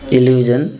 Illusion